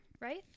right